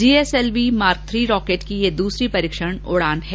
GSLV mark three rocket की यह दूसरी परीक्षण उड़ान है